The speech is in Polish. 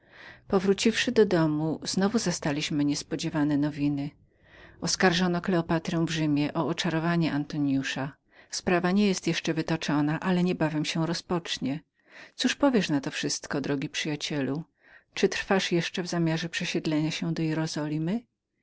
słuszność powróciwszy do domu znowu zastaliśmy niespodziewane nowiny oskarżono kleopatrę w rzymie o oczarowanie antoniusza sprawa nie jest jeszcze wytoczoną ale niebawem się rozpocznie cóż mówisz na to wszystko drogi przyjacielu trwaszże jeszcze w zamiarze przesiedlenia się do jerozolimy aby